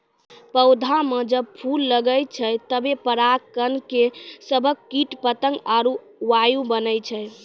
पौधा म जब फूल लगै छै तबे पराग कण के सभक कीट पतंग आरु वायु बनै छै